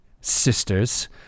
sisters